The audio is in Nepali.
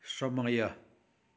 समय